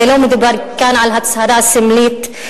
הרי לא מדובר כאן על הצהרה סמלית,